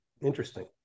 Interesting